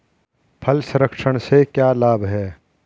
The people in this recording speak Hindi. फल संरक्षण से क्या लाभ है?